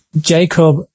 Jacob